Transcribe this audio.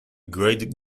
great